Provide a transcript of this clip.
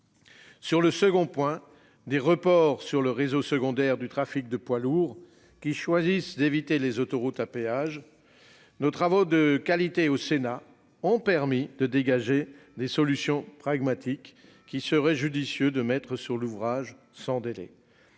Sur le second point- je fais référence au report sur le réseau secondaire du trafic des poids lourds qui choisissent d'éviter les autoroutes à péage -, nos travaux de qualité au Sénat ont permis de dégager des solutions pragmatiques qu'il serait judicieux de mettre en oeuvre sans délai.